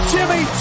Jimmy